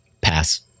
Pass